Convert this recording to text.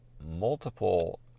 multiple